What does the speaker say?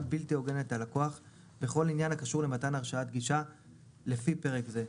בלתי הוגנת על לקוח בכל עניין הקשור למתן הרשאת גישה לפי פרק זה.